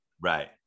right